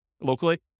locally